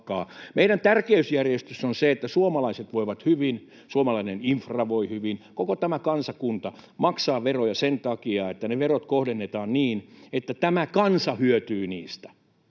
Meidän tärkeysjärjestyksemme on se, että suomalaiset voivat hyvin, suomalainen infra voi hyvin. Koko tämä kansakunta maksaa veroja sen takia, että ne verot kohdennetaan niin, että tämä kansa hyötyy niistä.